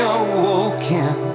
awoken